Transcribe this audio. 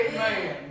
Amen